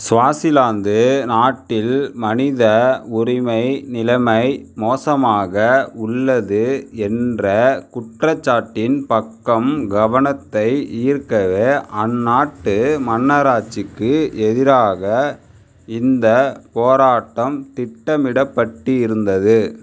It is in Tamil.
ஸ்வாசிலாந்து நாட்டில் மனித உரிமை நிலைமை மோசமாக உள்ளது என்ற குற்றச்சாட்டின் பக்கம் கவனத்தை ஈர்க்கவே அந்நாட்டு மன்னராட்சிக்கு எதிராக இந்தப் போராட்டம் திட்டமிடப்பட்டிருந்தது